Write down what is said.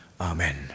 Amen